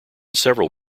several